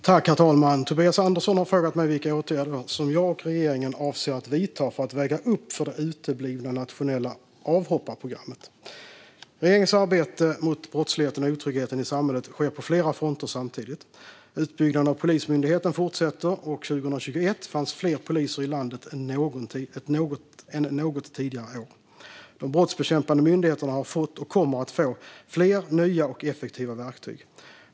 Herr talman! Tobias Andersson har frågat mig vilka åtgärder som jag och regeringen avser att vidta för att väga upp för det uteblivna nationella avhopparprogrammet. Regeringens arbete mot brottsligheten och otryggheten i samhället sker på flera fronter samtidigt. Utbyggnaden av Polismyndigheten fortsätter, och 2021 fanns fler poliser i landet än något tidigare år. De brottsbekämpande myndigheterna har fått, och kommer att få fler, nya och effektiva verktyg.